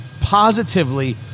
positively